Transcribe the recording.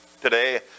today